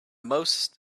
most